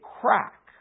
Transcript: crack